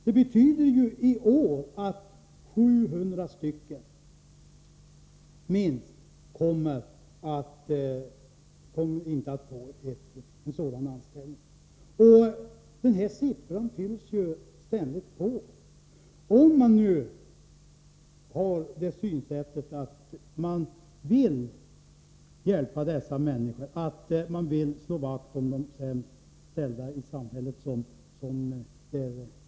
Det betyder att minst 700 människor i år inte kommer att få en sådan anställning — antalet lönebidragsanställda ökar emellertid hela tiden. Om man vill hjälpa dessa människor, om man vill slå vakt om de sämst ställda i samhället —t.ex.